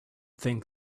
think